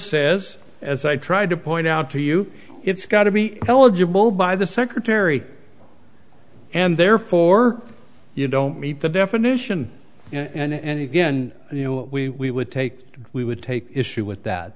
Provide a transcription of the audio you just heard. says as i tried to point out to you it's got to be eligible by the secretary and therefore you don't meet the definition and again you know what we would take we would take issue with that